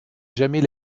jamais